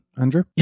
Andrew